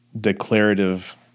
declarative